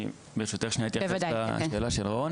אני, ברשותך אתייחס שנייה לשאלה של רון.